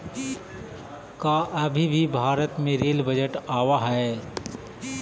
का अभी भी भारत में रेल बजट आवा हई